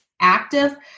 active